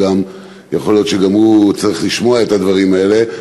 יכול להיות שגם הוא צריך לשמוע את הדברים האלה.